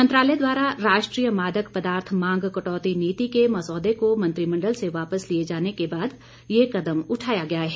मंत्रालय द्वारा राष्ट्रीय मादक पदार्थ मांग कटौती नीति के मसौदे को मंत्रिमंडल से वापस लिए जाने के बाद यह कदम उठाया गया है